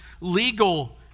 legal